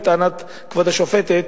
לטענת כבוד השופטת,